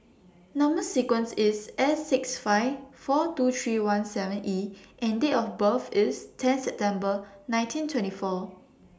Number sequence IS S six five four two three one seven E and Date of birth IS ten September nineteen twenty four